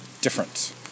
different